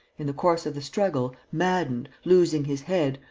in the course of the struggle, maddened, losing his head,